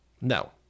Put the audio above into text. No